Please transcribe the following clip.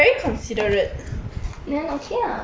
then okay ah 蛮好哦